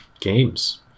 games